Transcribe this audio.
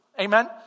Amen